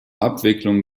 abwicklung